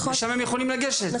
לשם הם יכולים לגשת,